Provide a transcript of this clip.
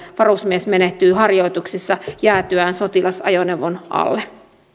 varusmies menehtyi harjoituksissa jäätyään sotilasajoneuvon alle